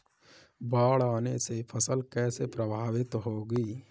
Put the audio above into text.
बाढ़ आने से फसल कैसे प्रभावित होगी?